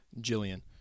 Jillian